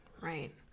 right